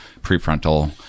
prefrontal